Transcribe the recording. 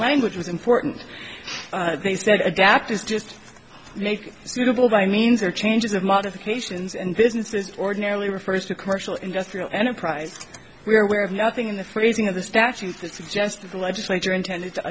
language was important they said adapt is just make suitable by means or changes of modifications and businesses ordinarily refers to commercial industrial enterprise we are aware of nothing in the phrasing of the statute that suggest that the legislature intended to